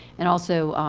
and also,